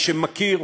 מי שמכיר,